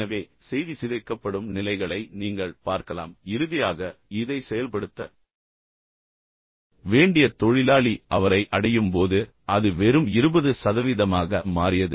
எனவே செய்தி சிதைக்கப்படும் நிலைகளை நீங்கள் பார்க்கலாம் இறுதியாக இதை செயல்படுத்த வேண்டிய தொழிலாளி அவரை அடையும் போது அது வெறும் 20 சதவீதமாக மாறியது